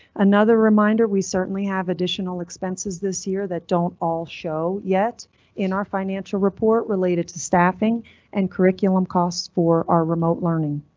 another reminder, we certainly have additional expenses this year that don't all show yet in our financial report related to staffing and curriculum costs for our remote learning.